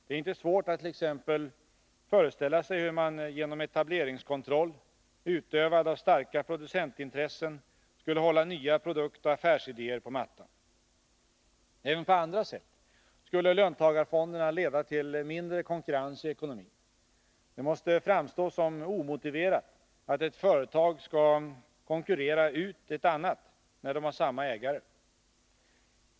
Det är inte svårt att t.ex. föreställa sig hur man genom etableringskontroll, utövad av starka producentintressen, skulle hålla nya produktoch affärsidéer på mattan. Även på andra sätt skulle löntagarfonderna leda till mindre konkurrens i ekonomin. Det måste framstå som omotiverat att ett företag skall konkurrera ut ett annat, när företagen har samma ägare.